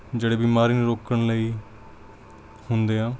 ਜਿਹੜੇ ਬਿਮਾਰੀ ਨੂੰ ਰੋਕਣ ਲਈ ਹੁੰਦੇ ਆ